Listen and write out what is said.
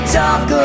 talk